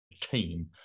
team